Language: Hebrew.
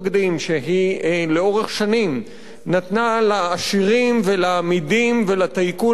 שהיא לאורך שנים נתנה לעשירים ולאמידים ולטייקונים,